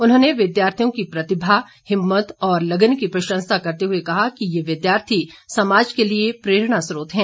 उन्होंने विद्यार्थियों की प्रतिभा हिम्मत और लग्न की प्रशंसा करते हुए कहा कि ये विद्यार्थी समाज के लिए प्रेरणा स्त्रोत है